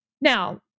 Now